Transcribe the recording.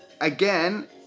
again